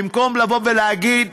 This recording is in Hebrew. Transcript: במקום להגיד: